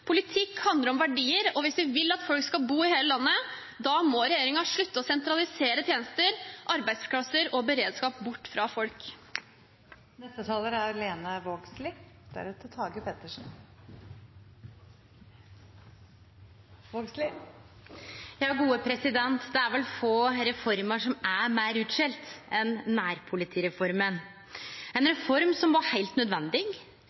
Politikk handler om verdier, og hvis vi vil at folk skal bo i hele landet, må regjeringen slutte å sentralisere tjenester, arbeidsplasser og beredskap bort fra folk. Det er vel få reformer som er meir utskjelte enn nærpolitireforma – ei reform som var heilt nødvendig, men som ikkje er